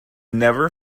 never